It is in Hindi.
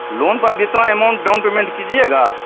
लोन पर आप जितना अमाउंट डाउन पेमेंट कीजिएगा